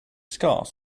scarce